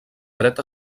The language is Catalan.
dret